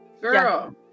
Girl